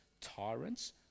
tyrants